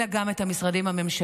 אלא גם את המשרדים הממשלתיים.